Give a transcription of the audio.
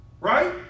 Right